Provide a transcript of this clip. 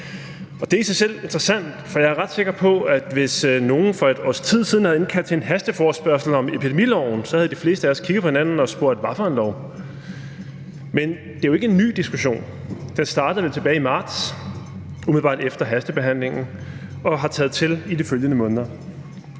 Det er i sig selv interessant, for jeg er ret sikker på, at hvis nogle for et års tid siden havde indkaldt til en hasteforespørgsel om epidemiloven, havde de fleste af os kigget på hinanden og spurgt: Hvad for en lov? Men det er jo ikke en ny diskussion. Den startede vel tilbage i marts umiddelbart efter hastebehandlingen og har taget til i de følgende måneder.